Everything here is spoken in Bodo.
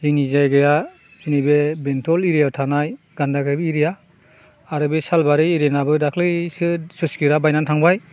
जोंनि जायगाया जोंनि बे बेंथल एरियायाव थानाय गानदागारि एरिया आरो बे सालबारि एरियानाबो दाखालिसो स्लुइस गेटा बायनानै थांबाय